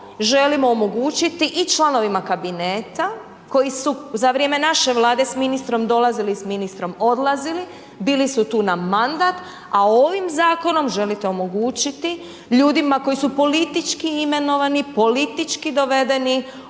želimo omogućiti i članovima kabineta koji su za vrijeme naše Vlade s ministrom dolazili, s ministrom odlazili, bili su tu na mandat a ovim zakonom želite omogućiti ljudima koji su politički imenovani, politički dovedeni